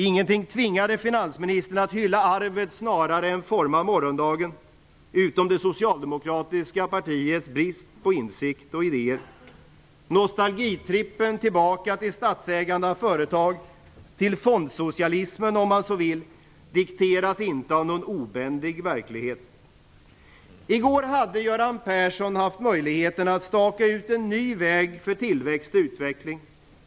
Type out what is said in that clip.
Ingenting tvingade finansministern att hylla arvet snarare än att forma morgondagen - utom det socialdemokratiska partiets brist på insikter och idéer. Nostalgitrippen tillbaka till statsägande av företag, till fondsocialismen om man så vill, dikteras inte av någon obändig verklighet. I går hade Göran Persson möjligheten att staka ut en ny väg för tillväxt och utveckling.